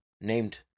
named